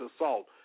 assault